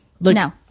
No